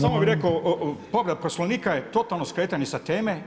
Samo bih rekao, povreda Poslovnika je totalno skretanje sa teme.